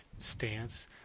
stance